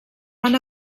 van